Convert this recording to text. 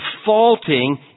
defaulting